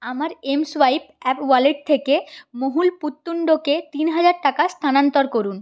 আমার mSwipe app wallet থেকে মহুল পুততুন্ডকে তিন হাজার টাকা স্থানান্তর করুন